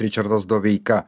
ričardas doveika